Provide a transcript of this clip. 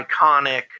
iconic